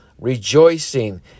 rejoicing